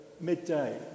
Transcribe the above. midday